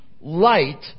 light